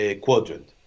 quadrant